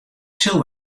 sil